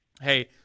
Hey